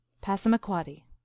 Passamaquoddy